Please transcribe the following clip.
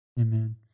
Amen